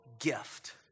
gift